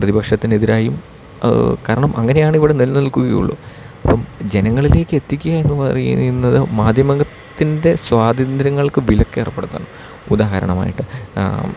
പ്രതിപക്ഷത്തിന് എതിരായും കാരണം അങ്ങനെയാണ് ഇവിടെ നിലനിൽക്കുകയുള്ളൂ അപ്പം ജനങ്ങളിലേക്ക് എത്തിക്കുക എന്നു പറയുന്നത് മാധ്യമത്തിൻ്റെ സ്വാതന്ത്ര്യങ്ങൾക്ക് വിലക്കേർപ്പെടുത്തണം ഉദാഹരണമായിട്ട്